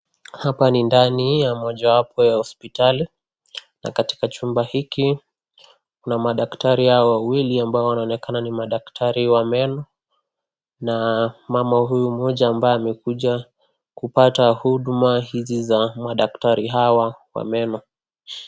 Hapa ni ndani ya mojawapo ya hospitali na katika chumba hiki kuna madaktari hao wawili ambao wanaonekana ni madaktari wa meno na mama huyu mmoja ambaye amekuja kupata huduma hizi za hawa madaktari wa meno.